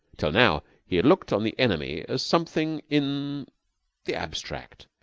till now he had looked on the enemy as something in the abstract.